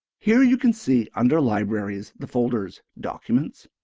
here you can see under libraries the folders documents,